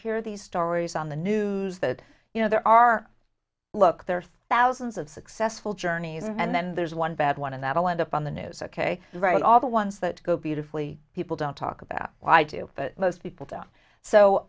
hear these stories on the news that you know there are look there's thousands of successful journey and then there's one bad one and that'll end up on the news ok right all the ones that go beautifully people don't talk about why do most people